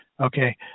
okay